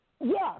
Yes